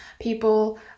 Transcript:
people